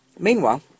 Meanwhile